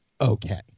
okay